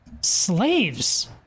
slaves